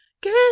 Get